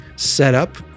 setup